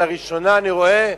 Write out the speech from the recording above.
לראשונה אני רואה,